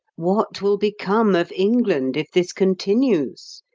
what will become of england if this continues?